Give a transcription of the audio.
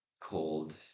cold